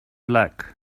luck